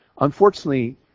unfortunately